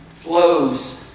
flows